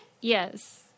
Yes